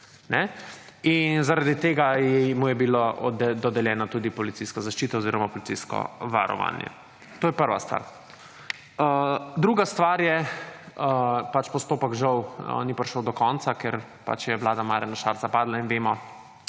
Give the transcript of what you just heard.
In zaradi tega mu je bilo dodeljeno tudi policijsko zaščito oziroma policijsko varovanje. To je prva stvar. Druga stvar je, pač postopek žal ni prišel do konca, ker je Vlada Marjana Šarca padla in vemo